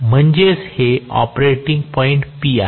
म्हणजेच हे operating point P आहे